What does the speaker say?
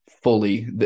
fully